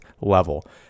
level